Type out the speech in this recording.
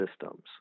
systems